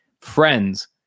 friends